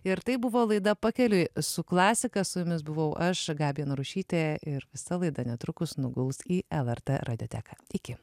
ir tai buvo laida pakeliui su klasika su jumis buvau aš gabija narušytė ir visa laida netrukus nuguls į lrt radioteką iki